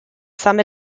some